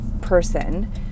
person